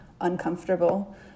uncomfortable